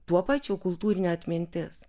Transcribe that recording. tuo pačiu kultūrinė atmintis